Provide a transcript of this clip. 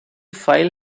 file